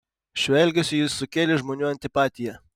šiuo elgesiu jis sukėlė žmonių antipatiją